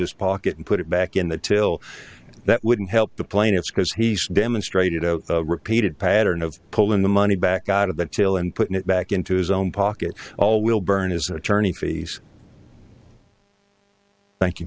this pocket and put it back in the till that wouldn't help the plaintiffs because he's demonstrated a repeated pattern of pulling the money back out of the tail and putting it back into his own pocket all will burn his attorney fees